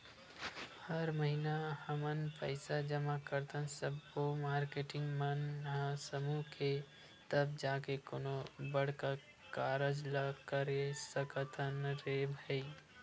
हर महिना हमन पइसा जमा करथन सब्बो मारकेटिंग मन ह समूह के तब जाके कोनो बड़का कारज ल करे सकथन रे भई